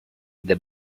the